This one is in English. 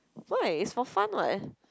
why it's for fun [what]